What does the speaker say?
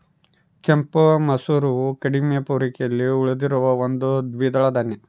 ಕೆಂಪು ಮಸೂರವು ಕಡಿಮೆ ಪೂರೈಕೆಯಲ್ಲಿ ಉಳಿದಿರುವ ಒಂದು ದ್ವಿದಳ ಧಾನ್ಯ